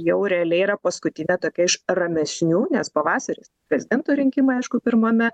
jau realiai yra paskutinė tokia iš ramesnių nes pavasaris prezidento rinkimai aišku pirmame